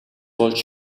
болж